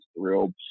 thrilled